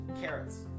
Carrots